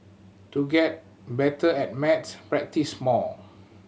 to get better at maths practise more